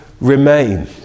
remain